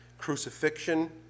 crucifixion